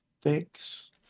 Thanks